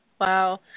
Wow